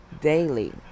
daily